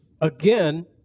again